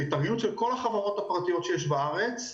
התארגנות של כל החברות הפרטיות שיש בארץ,